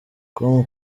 com